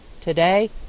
Today